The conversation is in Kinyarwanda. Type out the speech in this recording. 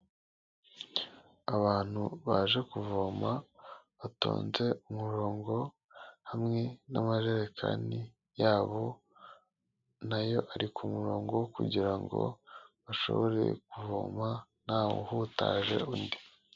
Abantu baje kuvoma, batonze umurongo, hamwe n'amajerekani yabo na yo ari ku murongo kugira ngo bashobore kuvoma ntawuhutaje undi.